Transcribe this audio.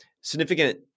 significant